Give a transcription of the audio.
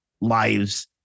lives